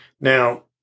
Now